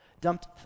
dumped